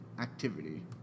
activity